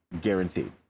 guaranteed